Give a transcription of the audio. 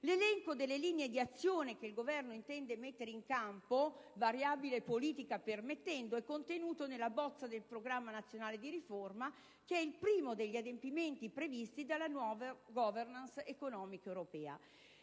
L'elenco delle linee di azione che il Governo intende mettere in campo (variabile politica permettendo) è contenuto nella bozza del Programma nazionale di riforma, che è il primo degli adempimenti previsti dalla nuova *governance* economica europea.